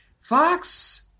Fox